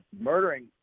murdering